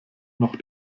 noch